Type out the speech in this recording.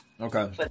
Okay